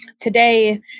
Today